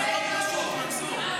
בסדר.